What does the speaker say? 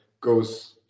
goes